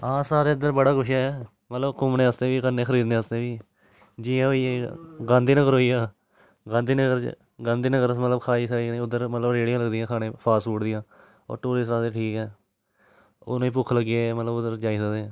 हां साढ़ै इद्धर बड़ा कुछ ऐ मतलब घूमने आस्तै बी ते कन्रै खरीदने आस्तै बी ज़ियां होई गेई गांधी नगर होई गेआ गांधी नगर च गांधी नगर मतलब अस खाई साई सकने उद्धर मतलब रेह्ड़ियां लगदियां खाने फास्ट फूड दियां होर टूरिस्ट आस्तै ठीक ऐ उ'नें भुक्ख लग्गी जां मतलब उद्धर जाई सकदे